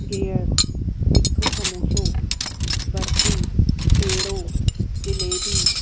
गिहर मिठो समोसो बर्फी पेड़ो जलेबी